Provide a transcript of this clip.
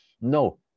No